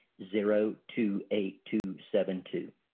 zero two eight two seven two.